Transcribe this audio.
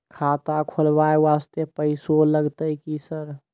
खाता खोलबाय वास्ते पैसो लगते की सर?